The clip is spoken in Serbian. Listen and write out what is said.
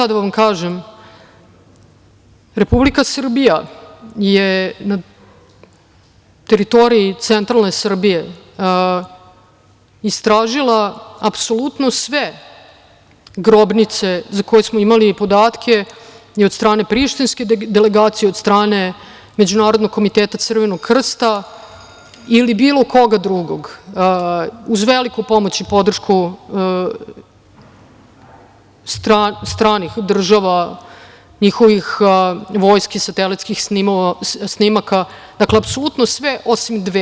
Da vam kažem, Republika Srbija je na teritoriji Centralne Srbije istražila apsolutno sve grobnice za koje smo imali podatke i od strane Prištinske delegacije i od strane Međunarodnog komiteta „Crvenog krsta“ ili bilo koga drugog uz veliku pomoć i podršku stranih država, njihovih vojski, satelitskih snimaka, apsolutno sve, osim dve.